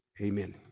Amen